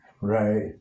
right